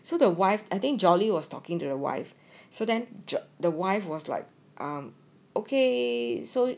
so the wife I think jolie was talking to the wife so then the wife was like um okay so